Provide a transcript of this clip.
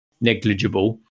negligible